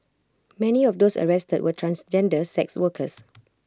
many of those arrested were transgender sex workers